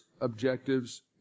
Objectives